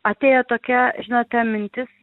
atėjo tokia žinote ta mintis